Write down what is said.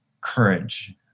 courage